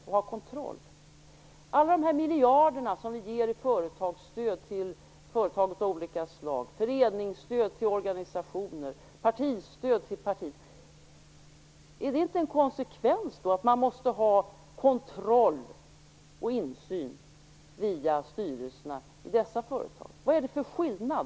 Med tanke på alla de miljarder som vi ger i företagsstöd till företag av olika slag, föreningsstöd till organisationer och partistöd till partier vill jag fråga: Är det då inte en konsekvens att man måste ha kontroll och insyn via styrelserna i dessa företag? Vad är det för skillnad?